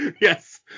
yes